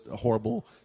horrible